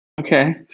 Okay